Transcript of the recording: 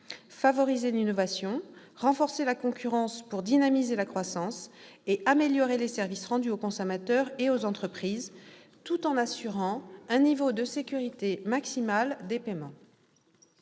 favoriser l'innovation, renforcer la concurrence pour dynamiser la croissance, et améliorer les services rendus aux consommateurs et aux entreprises, tout en assurant un niveau de sécurité maximal des paiements.